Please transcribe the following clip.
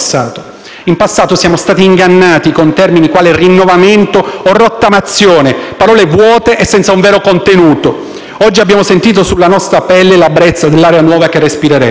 In passato siamo stati ingannati con termini quali rinnovamento o rottamazione: parole vuote e senza un vero contenuto. Oggi abbiamo sentito sulla nostra pelle la brezza dell'aria nuova che respireremo.